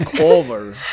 over